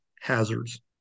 hazards